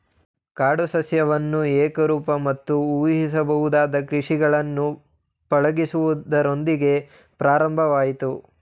ಕಾಡು ಸಸ್ಯವನ್ನು ಏಕರೂಪ ಮತ್ತು ಊಹಿಸಬಹುದಾದ ಕೃಷಿಗಳಾಗಿ ಪಳಗಿಸುವುದರೊಂದಿಗೆ ಪ್ರಾರಂಭವಾಯ್ತು